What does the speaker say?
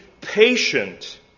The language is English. patient